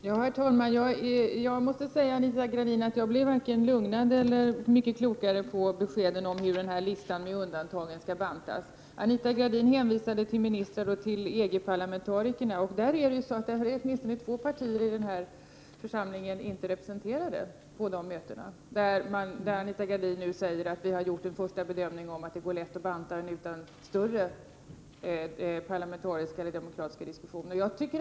Herr talman! Anita Gradin, jag måste säga att jag varken blev lugnad eller klokare av beskedet om hur denna lista med undantagen skall bantas. Anita Gradin hänvisade till ministrarna och till EG-parlamentarikerna. Under deras möten är åtminstone två partier i denna församling inte representerade. Anita Gradin sade att man har gjort en första bedömning som innbär att det går lätt, utan större parlamentariska eller demokratiska diskussioner, att banta listan.